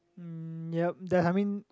uh yup that I mean